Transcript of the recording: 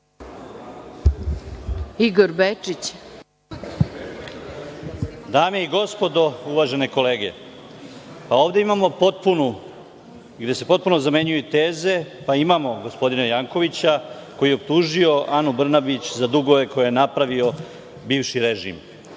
**Igor Bečić** Dame i gospodo, uvažene kolege, ovde imamo gde se potpuno zamenjuju teze, pa imamo gospodina Jankovića koji je optužio Anu Brnabić za dugove koje je napravio bivši režim.